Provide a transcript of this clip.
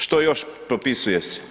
Što još propisuje se?